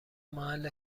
محل